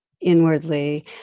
inwardly